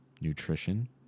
Nutrition